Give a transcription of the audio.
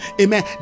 amen